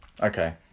Okay